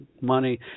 money